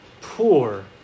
poor